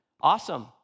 awesome